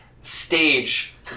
stage